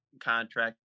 contract